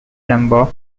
number